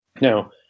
Now